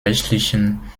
rechtlichen